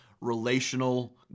relational